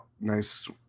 nice